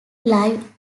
live